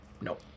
Nope